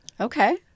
Okay